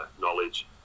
knowledge